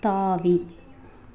தாவி